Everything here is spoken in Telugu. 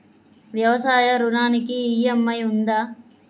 వ్యవసాయ ఋణానికి ఈ.ఎం.ఐ ఉందా?